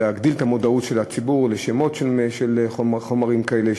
להגביר את מודעות הציבור לשמות של חומרים כאלה,